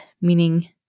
meaning